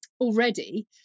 already